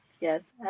Yes